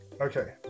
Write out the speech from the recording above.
Okay